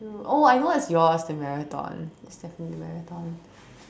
oh I know what's yours the marathon it's definitely the marathon